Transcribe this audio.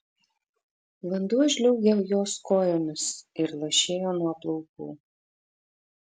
vanduo žliaugė jos kojomis ir lašėjo nuo plaukų